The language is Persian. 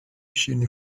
شیرینی